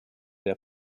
der